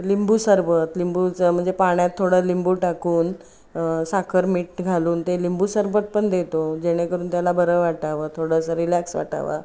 लिंबू सरबत लिंबूचं म्हणजे पाण्यात थोडं लिंबू टाकून साखर मीठ घालून ते लिंबू सरबत पण देतो जेणेकरून त्याला बरं वाटावं थोडंसं रिलॅक्स वाटावा